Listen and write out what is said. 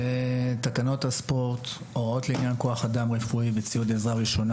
תקנות הספורט (הוראות לעניין כוח אדם רפואי וציוד עזרה ראשונה),